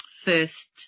first